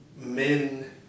men